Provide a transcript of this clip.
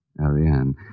Ariane